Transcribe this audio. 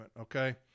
Okay